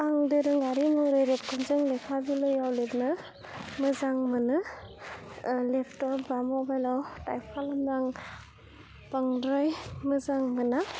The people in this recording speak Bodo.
आं दोरोङारि महरै रोखोमजों लेखा बिलाइयाव लिरनो मोजां मोनो लेपटप बा मबेलाव टाइप खालामनो आं बांद्राय मोजां मोना